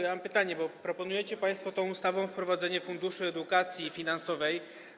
Ja mam pytanie, bo proponujecie państwo tą ustawą wprowadzenie Funduszu Edukacji Finansowej.